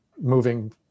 moving